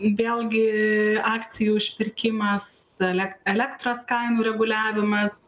vėlgi akcijų išpirkimą selek elektros kainų reguliavimas